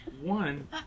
one